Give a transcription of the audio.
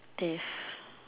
death